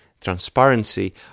transparency